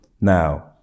Now